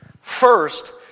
first